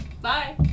bye